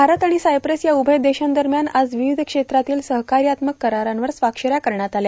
भारत आणि सायप्रस या उभय देशांदरम्यान आज विविध क्षेत्रातील सहकार्यात्मक करारांवर स्वाक्षऱ्या करण्यात आल्या